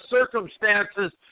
circumstances